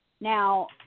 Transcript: Now